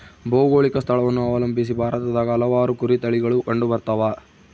ಭೌಗೋಳಿಕ ಸ್ಥಳವನ್ನು ಅವಲಂಬಿಸಿ ಭಾರತದಾಗ ಹಲವಾರು ಕುರಿ ತಳಿಗಳು ಕಂಡುಬರ್ತವ